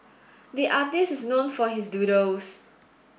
the artist is known for his doodles